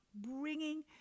bringing